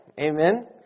Amen